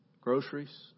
Groceries